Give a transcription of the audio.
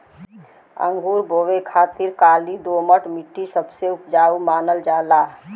अंगूर बोए खातिर काली दोमट मट्टी सबसे उपजाऊ मानल जाला